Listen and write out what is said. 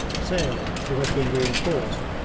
sale, who had been reinforced,